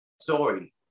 story